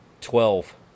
Twelve